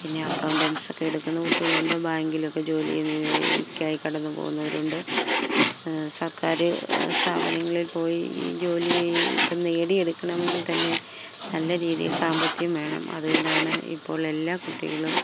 പിന്നെ അക്കൗണ്ടൻസിയൊക്കെ എടുക്കുന്ന കുട്ടികളുണ്ട് ബാങ്കിലൊക്കെ ജോലി യ്ക്കായി കടന്നുപോകുന്നവരുണ്ട് സർക്കാര് സ്ഥാപനങ്ങളിൽ പോയി ജോലി ഇപ്പോള് നേടിയെടുക്കണമെങ്കിൽ തന്നെ നല്ല രീതിയിൽ സാമ്പത്തികം വേണം അതുകൊണ്ടാണ് ഇപ്പോൾ എല്ലാ കുട്ടികളും